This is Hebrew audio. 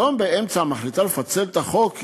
פתאום באמצע מחליטה לפצל את החוק?